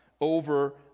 over